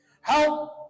help